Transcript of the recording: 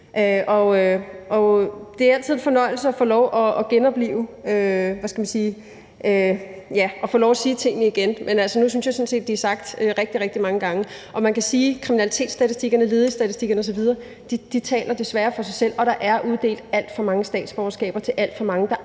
Det er altid en fornøjelse at få lov at sige tingene igen, men nu synes jeg sådan set, at det er sagt rigtig, rigtig mange gange. Man kan sige, at kriminalitetsstatistikkerne, ledighedsstatistikkerne osv. desværre taler for sig selv, og der er uddelt alt for mange statsborgerskaber til alt for mange, der